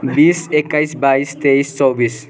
बिस एकाइस बाइस तेइस चौबिस